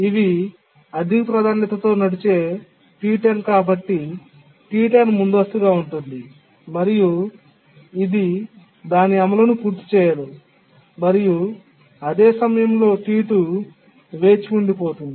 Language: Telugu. ఇవి అధిక ప్రాధాన్యతతో నడిచే T10 కాబట్టి T10 ముందస్తుగా ఉంటుంది మరియు ఇది దాని అమలును పూర్తి చేయదు మరియు అదే సమయంలో T2 వేచి ఉండిపోతుంది